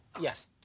Yes